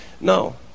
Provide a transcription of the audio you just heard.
No